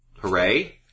Hooray